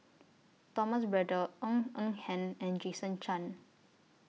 Thomas Braddell Ng Eng Hen and Jason Chan